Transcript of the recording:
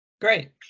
Great